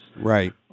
Right